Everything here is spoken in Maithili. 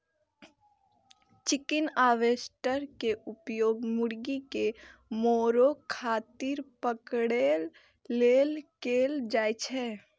चिकन हार्वेस्टर के उपयोग मुर्गी कें मारै खातिर पकड़ै लेल कैल जाइ छै